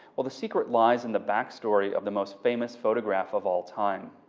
well, the secret lies in the back story of the most famous photograph of all-time.